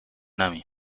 nami